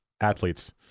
athletes